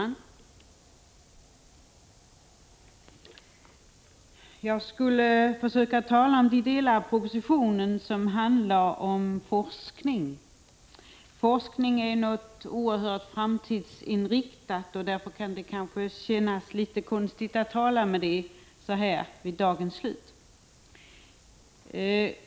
Herr talman! Jag skall tala om de delar av propositionen som handlar om forskning. Forskning är någonting oerhört framtidsinriktat, och därför kan det kanske kännas konstigt att tala om det så här vid dagens slut.